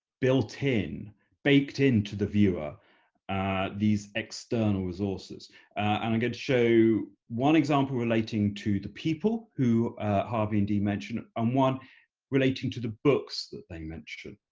built in baked into the viewer these external resources and i'm going to show one example relating to the people who harvey and dee mention and um one relating to the books that they mention.